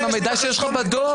עם המידע שיש לך בדו"ח.